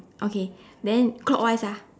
okay then clockwise ah